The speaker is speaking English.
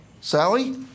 Sally